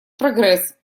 прогресс